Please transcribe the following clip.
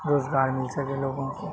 روزگار مل سکے لوگوں کو